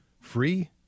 free